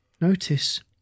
Notice